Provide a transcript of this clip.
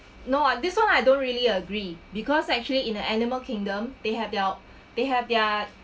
no ah this one I don't really agree because actually in a animal kingdom they have their they have their